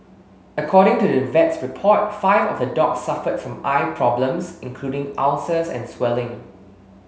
according to the vet's report five of the dogs suffered from eye problems including ulcers and swelling